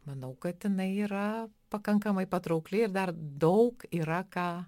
manau kad jinai yra pakankamai patraukli ir dar daug yra ką